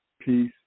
Peace